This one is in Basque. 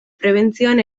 prebentzioan